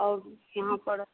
और यहाँ पर